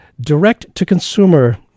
direct-to-consumer